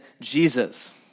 Jesus